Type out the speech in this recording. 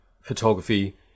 photography